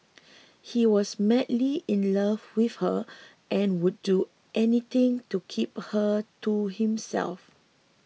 he was madly in love with her and would do anything to keep her to himself